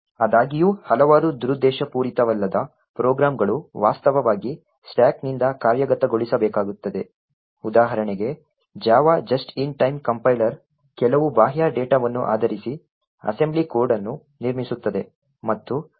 ಆದಾಗ್ಯೂ ಹಲವಾರು ದುರುದ್ದೇಶಪೂರಿತವಲ್ಲದ ಪ್ರೋಗ್ರಾಂಗಳು ವಾಸ್ತವವಾಗಿ ಸ್ಟಾಕ್ನಿಂದ ಕಾರ್ಯಗತಗೊಳಿಸಬೇಕಾಗುತ್ತದೆ ಉದಾಹರಣೆಗೆ JAVA just in time compiler ಕೆಲವು ಬಾಹ್ಯ ಡೇಟಾವನ್ನು ಆಧರಿಸಿ ಅಸೆಂಬ್ಲಿ ಕೋಡ್ ಅನ್ನು ನಿರ್ಮಿಸುತ್ತದೆ ಮತ್ತು ನಂತರ ಅದನ್ನು ಕಾರ್ಯಗತಗೊಳಿಸುತ್ತದೆ